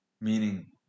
Meaning